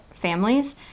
families